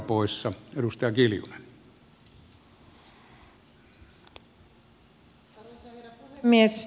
arvoisa herra puhemies